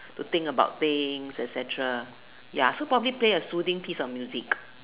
to think about things et-cetera ya so probably play a soothing piece of music